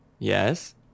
Yes